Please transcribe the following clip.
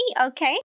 okay